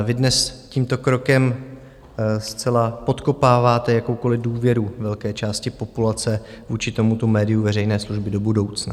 Vy dnes tímto krokem zcela podkopáváte jakoukoliv důvěru velké části populace vůči tomuto médiu veřejné služby do budoucna.